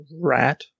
Rat